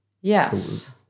Yes